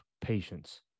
patience